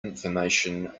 information